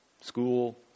school